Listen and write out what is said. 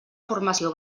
formació